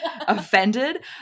offended